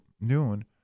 noon